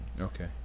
Okay